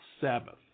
Sabbath